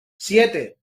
siete